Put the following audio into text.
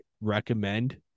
recommend